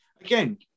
Again